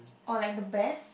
or like the best